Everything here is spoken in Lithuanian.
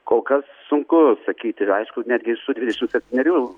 kol kas sunku sakyti aišku netgi iš tų dvidešimt septynerių